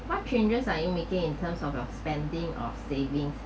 what changes are you making in terms of your spending of savings